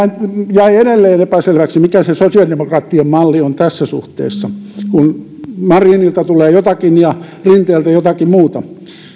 jäi edelleen epäselväksi mikä se sosiaalidemokraattien malli on tässä suhteessa kun marinilta tulee jotakin ja rinteeltä jotakin muuta